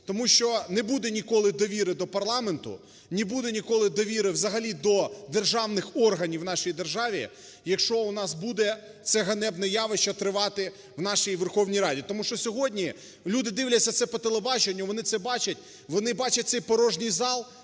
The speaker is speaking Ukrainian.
тому що не буде ніколи довіри до парламенту, не буде ніколи довіри взагалі до державних органів в нашій державі, і, якщо у нас буде це ганебне явище тривати в нашій Верховній Раді. Тому, що сьогодні люди дивляться це по телебаченню, вони це бачать, вони бачать цей порожній зал,